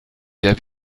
der